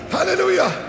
Hallelujah